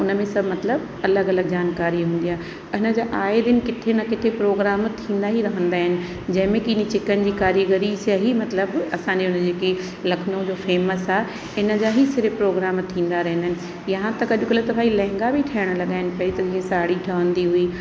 उन में सभु मतिलबु अलॻि अलॻि जानकारी हूंदी आहे हिन जा आहे दिन किथे न किथे प्रोग्राम थींदा ई रहंदा आहिनि जंहिंमें की हिन चिकन जी कारीगरी जा ई मतिलबु असांजे हुन जी जेकी लखनऊ जो फेमस आहे इन जा ई सिर्फु प्रोग्राम थींदा रहंदा आहिनि यहा तक अॼुकल्ह त भई लहंगा बि ठहण लॻा आहिनि पहिरीं त जीअं साढ़ी ठहंदी हुई